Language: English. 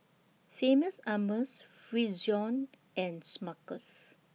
Famous Amos Frixion and Smuckers